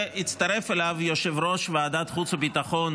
והצטרף אליו יושב ראש ועדת חוץ וביטחון